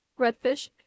redfish